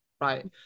right